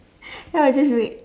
then I'll just wait